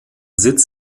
sitz